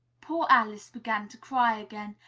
poor alice began to cry again,